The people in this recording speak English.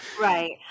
Right